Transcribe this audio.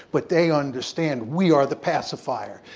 but they understand we are the pacifier,